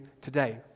today